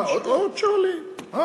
עוד שואלים?